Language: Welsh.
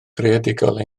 greadigol